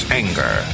anger